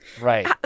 Right